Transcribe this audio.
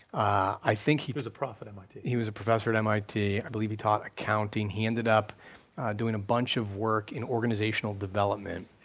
i think he was a prof at mit. he was a professor at mit, i believe he taught accounting, he ended up doing a bunch of work in organizational development.